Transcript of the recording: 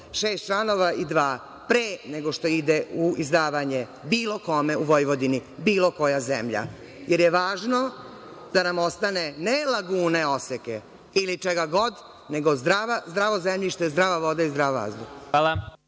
članova i dva pre nego što ide u izdavanje bilo kome u Vojvodini, bilo koja zemlja, jer je važno da nam ostane ne lagune oseke ili čega god, nego zdravo zemljište, zdrava voda i zdrav vazduh. Hvala.